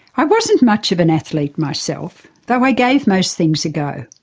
i wasn't much of an athlete myself though i gave most things a go.